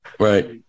Right